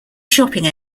shopping